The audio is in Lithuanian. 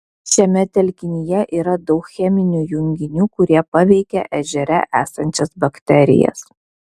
šiame telkinyje yra daug cheminių junginių kurie paveikia ežere esančias bakterijas